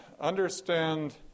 understand